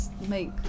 make